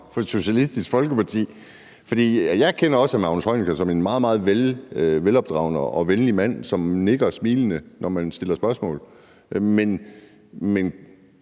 for Socialistisk Folkeparti. For jeg kender også miljøministeren som en meget, meget velopdragen og venlig mand, som nikker smilende, når man stiller spørgsmål, men